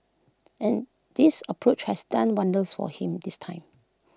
and this approach has done wonders for him this time